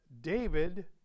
David